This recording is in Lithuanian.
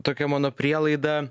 tokia mano prielaida